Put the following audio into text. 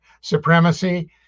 supremacy